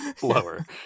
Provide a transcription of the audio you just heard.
blower